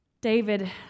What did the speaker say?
David